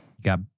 got